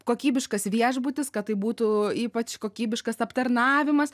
kokybiškas viešbutis kad tai būtų ypač kokybiškas aptarnavimas